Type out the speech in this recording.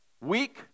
weak